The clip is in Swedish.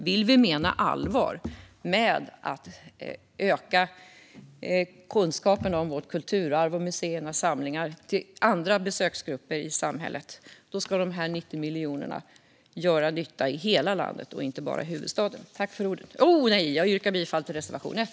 Menar vi allvar med att vi vill öka kunskapen om vårt kulturarv och museernas samlingar hos andra grupper i samhället ska dessa 90 miljoner göra nytta i hela landet och inte bara i huvudstaden. Jag yrkar bifall till reservation 1.